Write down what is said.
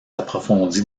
approfondie